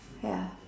ya